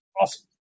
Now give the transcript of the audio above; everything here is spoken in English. Awesome